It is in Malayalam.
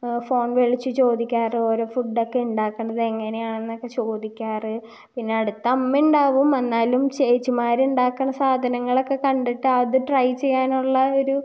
ഫോൺ വിളിച്ച് ചോദിക്കാറുള്ളത് ഓരോ ഫുഡൊക്കെ ഉണ്ടാക്കുന്നത്ത് എങ്ങനെയാണ് എന്നൊക്കെ ചോദിക്കാറുള്ളത് പിന്നെ അടുത്ത് അമ്മയുണ്ടാവും എന്നാലും ചേച്ചിമാര്ണ്ടാക്കണ സാധനങ്ങളക്കെ കണ്ടിട്ട് അത് ട്രൈ ചെയ്യാനുള്ള ഒരു